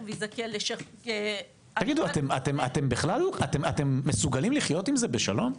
ויזה- -- אתם מסוגלים לחיות עם זה בשלום?